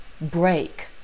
break